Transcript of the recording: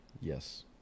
yes